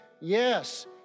yes